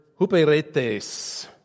huperetes